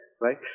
right